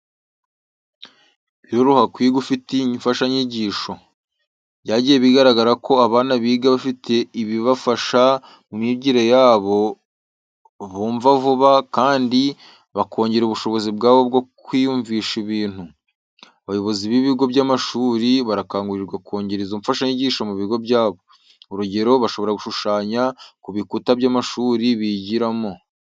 Biroroha kwiga ufite imfashanyigisho. Byagiye bigaragara ko abana biga bafite ibibafasha mu myigire yabo, bumva vuba kandi bakongera ubushobozi bwabo bwo kwiyumvisha ibintu. Abayobozi b'ibigo by'amashuri barakangurirwa kongera izo mfashanyigisho mu bigo byabo. Urugero, bashobora gushushanya ku bikuta by'amashuri bigira mo.